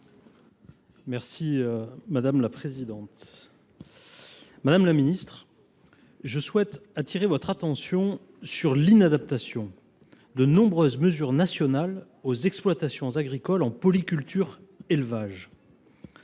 alimentaire. Madame la ministre, je souhaite attirer votre attention sur l’inadaptation de nombreuses mesures nationales aux exploitations agricoles en polyculture élevage.